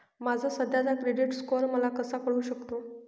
माझा सध्याचा credit score मला कसा कळू शकतो?